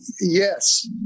Yes